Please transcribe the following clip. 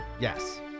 Yes